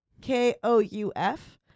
K-O-U-F